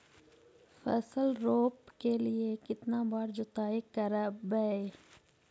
फसल रोप के लिय कितना बार जोतई करबय?